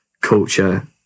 culture